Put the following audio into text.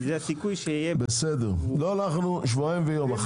שבועיים ויום.